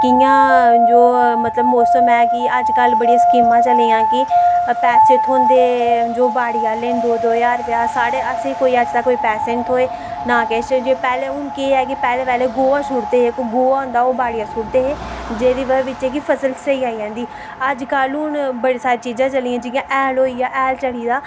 कियां जो कि मौसम ऐ कि अज्ज कल बड़ियां स्कीमां चली दियां पैसे थ्होंदे जो बाड़ी आह्ले न दो दो ज्हार रपेआ असेंगी अज्ज तक कोई पैसे नी थ्होए नां किश जो पैह्लें हून पैह्लें पैह्लैें गोहा सुटदे गे इक गोहा होंदा ऐ ओह् बाड़िया सुट्दे हे जेह्दी बज्हा नै फसल स्हेई आई जंदी ही अज्ज कल हून बड़ियां सारियां चीजां चली दियां जियां हैल होइया हैल चले दा